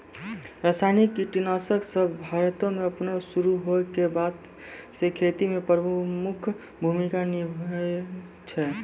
रसायनिक कीटनाशक सभ भारतो मे अपनो शुरू होय के बादे से खेती मे प्रमुख भूमिका निभैने छै